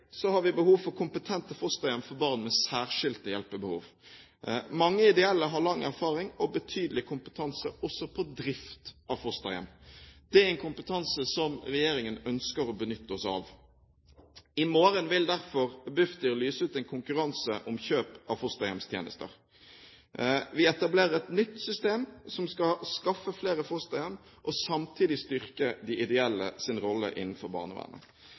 har vi behov for kompetente fosterhjem for barn med særskilte hjelpebehov. Mange ideelle aktører har lang erfaring og betydelig kompetanse også på drift av fosterhjem. Det er en kompetanse som regjeringen ønsker å benytte seg av. I morgen vil derfor Bufdir lyse ut en konkurranse om kjøp av fosterhjemstjenester. Vi etablerer et nytt system som skal skaffe flere fosterhjem, og samtidig styrke de ideelle aktørers rolle innenfor